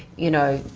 you know,